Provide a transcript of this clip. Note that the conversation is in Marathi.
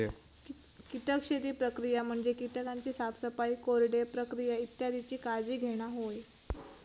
कीटक शेती प्रक्रिया म्हणजे कीटकांची साफसफाई, कोरडे प्रक्रिया इत्यादीची काळजी घेणा होय